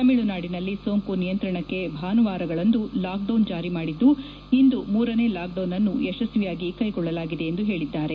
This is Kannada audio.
ತಮಿಳುನಾದಿನಲ್ಲಿ ಸೋಂಕು ನಿಯಂತ್ರಣಕ್ಕೆ ಭಾನುವಾರಗಳಂದು ಲಾಕ್ಡೌನ್ ಜಾರಿಮಾದಿದ್ದು ಇಂದು ಮೂರನೇ ಲಾಕ್ಡೌನ್ಅನ್ನು ಯಶಸ್ವಿಯಾಗಿ ಕೈಗೊಳ್ಳಲಾಗಿದೆ ಎಂದು ಹೇಳಿದ್ದಾರೆ